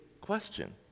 question